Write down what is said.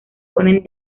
ponen